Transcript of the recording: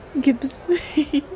Gibbs